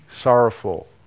sorrowful